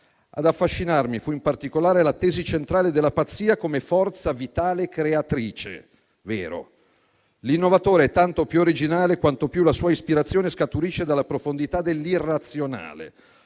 «Ad affascinarmi fu, in particolare, la tesi centrale della pazzia come forza vitale creatrice», ed è vero. «L'innovatore è tanto più originale quanto più la sua ispirazione scaturisce dalla profondità dell'irrazionale.